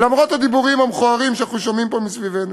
למרות הדיבורים המכוערים שאנחנו שומעים פה מסביבנו.